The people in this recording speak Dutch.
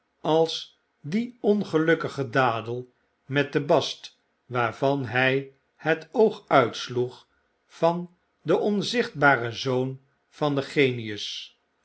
als die ongelukkige dadel met de bast waarvan hy het oog uitsloeg van den onzichtbaren zoon van den genius